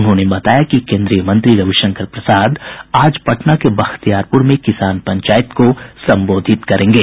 उन्होंने बताया कि केंद्रीय मंत्री रविशंकर प्रसाद आज पटना के बख्तिायारपुर में किसान पंचायत को संबोधित करेंगे